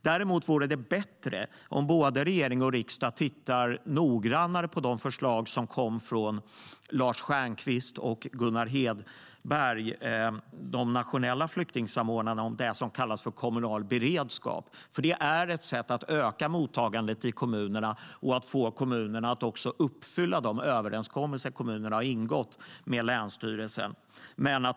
Det vore bättre om både regering och riksdag tittade noggrannare på förslagen från Lars Stjernkvist och Gunnar Hedberg, de nationella flyktingsamordnarna, om det som kallas kommunal beredskap. Det är ett sätt att öka mottagandet i kommunerna och att få kommunerna att uppfylla de överenskommelser som de har ingått med länsstyrelserna.